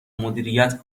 مدیریت